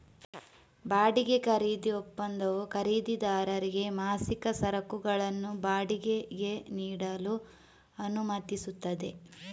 ಬಾಡಿಗೆ ಖರೀದಿ ಒಪ್ಪಂದವು ಖರೀದಿದಾರರಿಗೆ ಮಾಸಿಕ ಸರಕುಗಳನ್ನು ಬಾಡಿಗೆಗೆ ನೀಡಲು ಅನುಮತಿಸುತ್ತದೆ